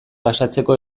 pasatzeko